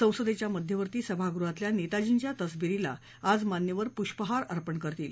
संसदेच्या मध्यवर्ती सभागृहातल्या नेताजींच्या तसबिरीला आज मान्यवर पुष्पहार अर्पण करतील